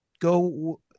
go